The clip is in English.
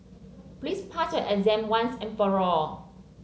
please pass your exam once and for all